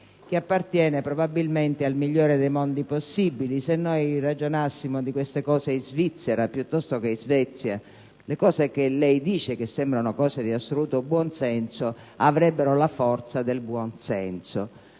che appartiene probabilmente al migliore dei mondi possibili: se noi ragionassimo di queste cose in Svizzera piuttosto che in Svezia, le cose che lei dice, che sembrano cose di assoluto buonsenso, avrebbero la forza del buonsenso.